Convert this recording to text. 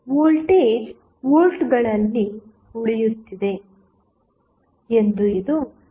voltage ವೋಲ್ಟ್ಗಳಲ್ಲಿ ಉಳಿಯುತ್ತದೆ ಎಂದು ಇದು ಖಚಿತಪಡಿಸುತ್ತದೆ